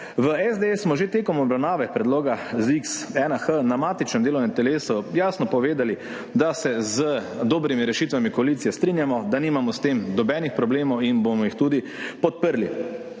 V SDS smo že tekom obravnave predloga ZIKS-1H na matičnem delovnem telesu jasno povedali, da se z dobrimi rešitvami koalicije strinjamo, da nimamo s tem nobenih problemov in jih bomo tudi podprli,